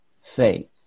faith